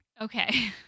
Okay